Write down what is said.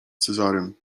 cezarym